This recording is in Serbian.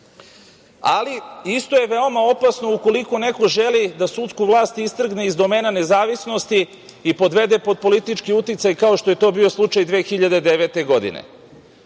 Ali, isto je veoma opasno ukoliko neko želi da sudsku vlast istrgne iz domena nezavisnosti i podvede pod politički uticaj kao što je to bio slučaj 2009. godine. Svi